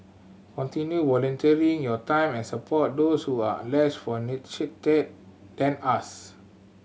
continue volunteering your time and support those who are less than us